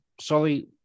sorry